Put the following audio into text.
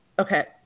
Okay